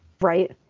Right